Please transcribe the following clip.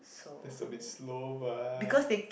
that's a bit slow right